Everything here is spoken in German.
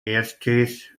erstis